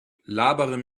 labere